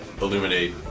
illuminate